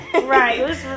Right